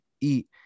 eat